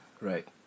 Right